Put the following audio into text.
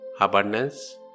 abundance